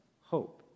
hope